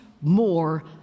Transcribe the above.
more